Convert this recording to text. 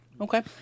okay